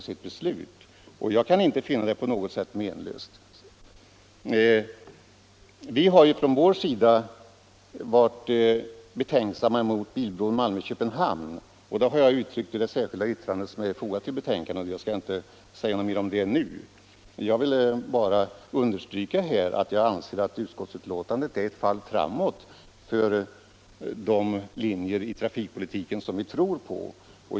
Jag kan inte finna det på något sätt menlöst. Vi är från vår sida motståndare till en bilbro mellan Malmö och Köpenhamn. Det har jag uttryckt i det särskilda yttrande som är fogat till betänkandet. Jag skall inte säga något mer om det nu. Jag vill bara understryka att jag anser att utskottsbetänkandet är ett fall framåt för de linjer i trafikpolitiken som vi tror på.